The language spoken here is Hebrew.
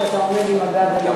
שאתה עומד עם הגב אליהם.